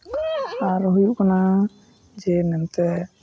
ᱟᱨ ᱦᱩᱭᱩᱜ ᱠᱟᱱᱟ ᱡᱮ ᱢᱮᱱᱛᱮ